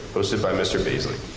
hosted by mr. bayesley.